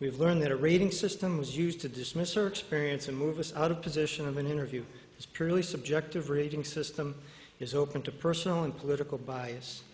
we've learned that a rating system was used to dismiss search perience and move us out of position of an interview is purely subjective rating system is open to personal and political bias